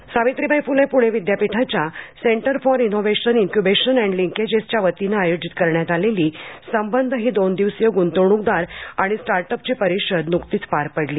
परिषद सावित्रीबाई फुले पुणे विद्यापीठाच्या centre for innovation incubation and लिंकेजेसच्या वतीनं आयोजित करण्यात आलेली संबंध ही दोन दिवसीय गुंतवणूकदार आणि स्टार्टअप्सची परिषद नुकतीच पार पडली